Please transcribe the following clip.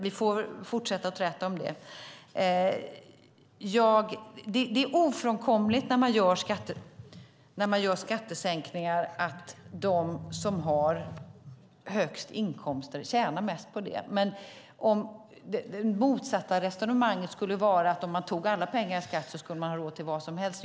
Vi får väl fortsätta träta om det. Det är ofrånkomligt när man gör skattesänkningar att de som har högst inkomster tjänar mest på det. Det motsatta resonemanget skulle vara att om man tog alla pengar i skatt skulle man ha råd till vad som helst.